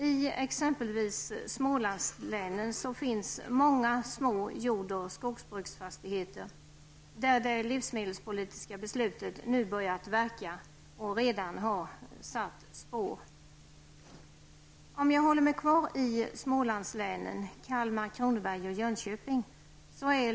I exempelvis Smålandslänen finns många små jord och skogsbruksfastigheter där det livsmedelspolitiska beslutet nu börjat verka och redan satt sina spår.